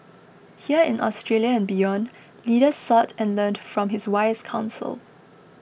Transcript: here in Australia and beyond leaders sought and learned from his wise counsel